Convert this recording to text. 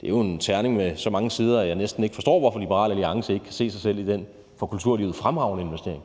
Det er jo en terning med så mange sider, at jeg næsten ikke forstår, hvorfor Liberal Alliance ikke kan se sig selv i den for kulturlivet fremragende investering.